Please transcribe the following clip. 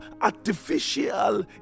artificial